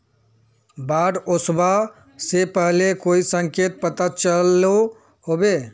बाढ़ ओसबा से पहले कोई संकेत पता चलो होबे?